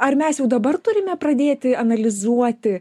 ar mes jau dabar turime pradėti analizuoti